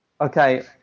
Okay